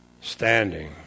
standing